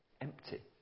Empty